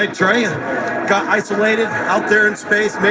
like trey um got isolated out there in space.